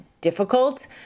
difficult